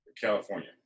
California